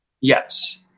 Yes